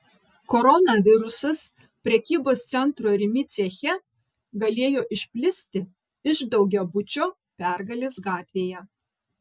koronavirusas prekybos centro rimi ceche galėjo išplisti iš daugiabučio pergalės gatvėje